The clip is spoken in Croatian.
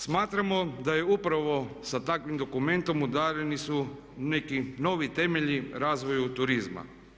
Smatramo da je upravo sa takvim dokumentom udareni su neki novi temelji razvoju turizma.